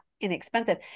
inexpensive